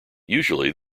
usually